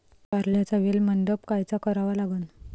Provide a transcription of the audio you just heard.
कारल्याचा वेल मंडप कायचा करावा लागन?